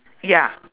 ya